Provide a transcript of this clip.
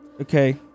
Okay